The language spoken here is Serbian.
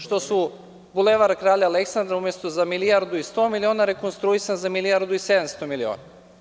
Što su Bulevar Kralja Aleksandra umesto za milijardu u sto miliona rekonstruisali za milijardu i sedamsto miliona.